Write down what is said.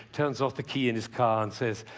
turns off the key in his car and says,